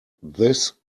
this